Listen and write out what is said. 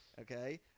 okay